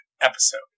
episode